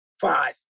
five